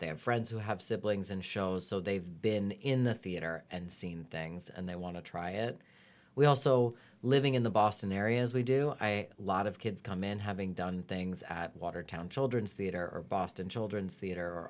they have friends who have siblings in shows so they've been in the theater and seen things and they want to try it we also living in the boston area as we do i lot of kids come in having done things at watertown children's theatre or boston children's theat